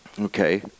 okay